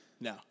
no